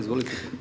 Izvolite.